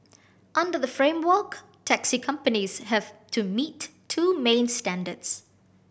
under the framework taxi companies have to meet two main standards